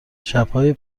شبهای